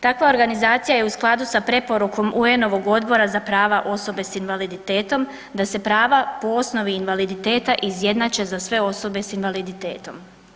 Takva organizacija je u skladu sa preporukom UN-ovog odbora za prava osobe s invaliditetom da se prava po osnovi invaliditeta izjednače za sve osobe sa invaliditetom.